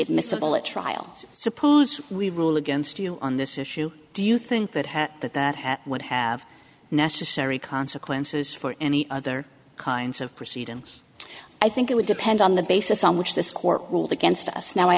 admissible at trial suppose we rule against you on this issue do you think that had that that had would have necessary consequences for any other kinds of proceedings i think it would depend on the basis on which this court ruled against us now i